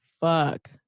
fuck